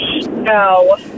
No